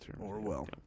Orwell